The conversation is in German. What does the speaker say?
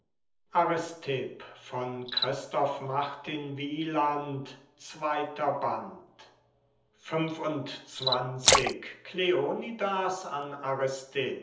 nahmen christoph martin wieland i aristipp an kleonidas in